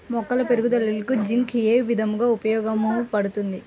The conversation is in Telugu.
మొక్కల పెరుగుదలకు జింక్ ఏ విధముగా ఉపయోగపడుతుంది?